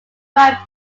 write